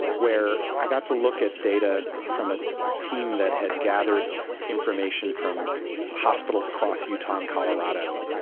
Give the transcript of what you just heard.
where i got to look at data from a team that had gathered information from hospitals across utah and colorado.